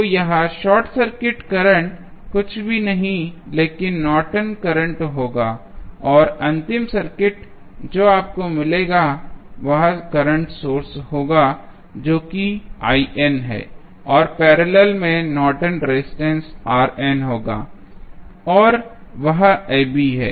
तो यह short circuit current कुछ भी नहीं लेकिन नॉर्टन करंट Nortons current होगा और अंतिम सर्किट जो आपको मिलेगा वह करंट सोर्स होगा जो कि है और पैरेलल में नॉर्टन रेजिस्टेंस Nortons resistance होगा और वह ab है